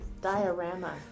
diorama